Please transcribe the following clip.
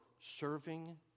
serving